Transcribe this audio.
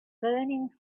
burning